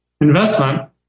investment